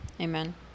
Amen